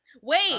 Wait